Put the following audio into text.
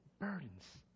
burdens